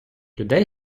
людей